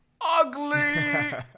Ugly